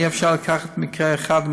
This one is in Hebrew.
אי-אפשר לקחת מקרה אחד,